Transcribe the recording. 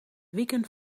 wieken